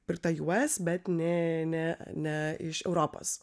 pirktą us bet ne ne ne iš europos